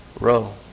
Row